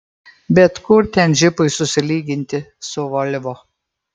bet kur ten džipui susilyginti su volvo